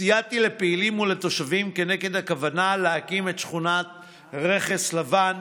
סייעתי לפעילים ולתושבים נגד הכוונה להקים את שכונת רכס לבן.